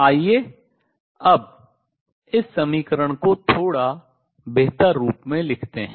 आइए अब इस समीकरण को थोड़ा बेहतर रूप में लिखते हैं